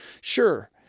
Sure